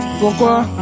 pourquoi